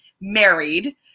married